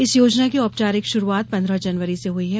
इस योजना की औपचारिक शुरुआत पन्द्रह जनवरी से हुई है